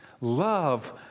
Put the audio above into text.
love